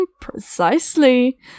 Precisely